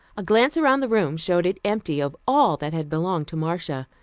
a glance around the room showed it empty of all that had belonged to marcia.